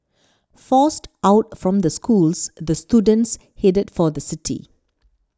forced out from the schools the students headed for the city